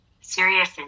serious